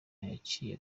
yaciye